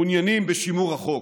מעוניינים בשימור החוק.